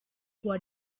what